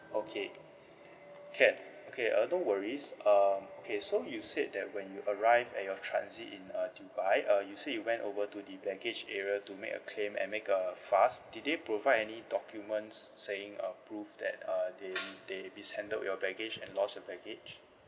okay can okay uh don't worries um okay so you said that when you arrived at your transit in uh dubai uh you said you went over to the baggage area to make a claim and make a fuss did they provide any documents saying uh proof that uh they they descended your baggage and lost your baggage